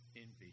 envy